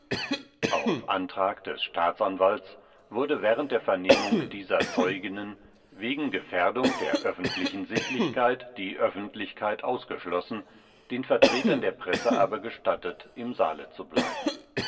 auf antrag des staatsanwalts wurde während der vernehmung dieser zeuginnen wegen gefährdung der öffentlichen sittlichkeit die öffentlichkeit ausgeschlossen den vertretern der presse aber gestattet im saale zu bleiben